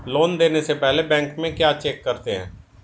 Loan देने से पहले बैंक में क्या चेक करते हैं?